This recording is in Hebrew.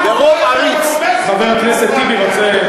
חבר הכנסת טיבי רוצה,